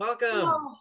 welcome